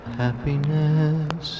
happiness